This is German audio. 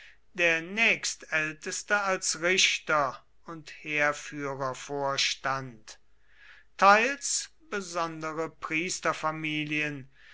der nächstälteste als richter und heerführer vorstand teils besondere